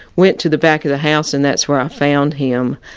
went to the back of the house and that's where i found him,